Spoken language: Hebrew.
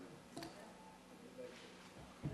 תודה,